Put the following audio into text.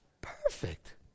Perfect